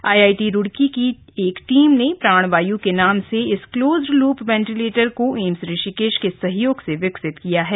IIT Roorkee की एक team ने प्राण वायू के नाम से इस क्लोज्ड लूप वेंटिलेटर को एम्स ऋषिकेश के सहयोग से विकसित किया है